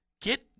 get